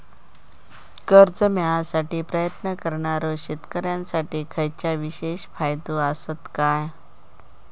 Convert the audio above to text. कर्जा मेळाकसाठी प्रयत्न करणारो शेतकऱ्यांसाठी खयच्या विशेष फायदो असात काय?